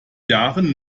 jahren